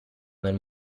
nel